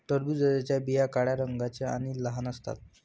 टरबूजाच्या बिया काळ्या रंगाच्या आणि लहान असतात